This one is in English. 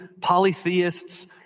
polytheists